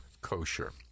kosher